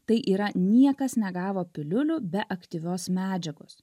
tai yra niekas negavo piliulių be aktyvios medžiagos